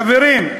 חברים,